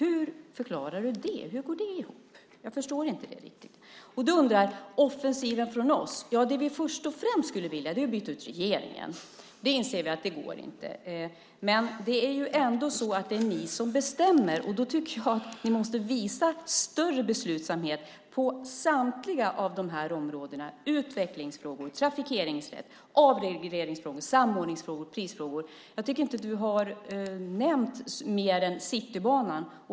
Hur förklarar du det? Hur går det ihop? Jag förstår det inte riktigt. Du undrar om offensiven från oss. Ja, det vi först och främst skulle vilja är att byta ut regeringen. Vi inser att det inte går. Men det är ändå ni som bestämmer, och då tycker jag att ni måste visa större beslutsamhet på samtliga de här områdena: utvecklingsfrågor, trafikeringsrätt, avregleringsfrågor, samordningsfrågor, tidsfrågor. Du har inte nämnt mer än Citybanan.